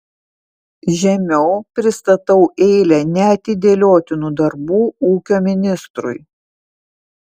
žemiau pristatau eilę neatidėliotinų darbų ūkio ministrui